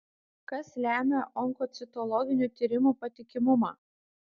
kas lemia onkocitologinių tyrimų patikimumą